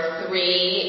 three